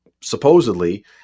supposedly